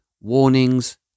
warnings